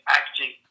acting